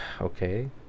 okay